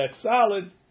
solid